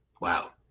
Wow